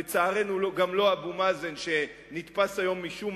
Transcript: לצערנו גם לא אבו מאזן שנתפס היום משום